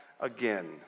again